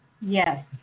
Yes